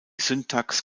syntax